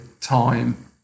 time